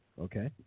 Okay